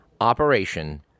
Operation